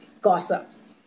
gossips